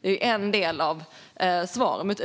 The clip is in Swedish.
Det är en del av svaret.